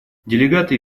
делегаты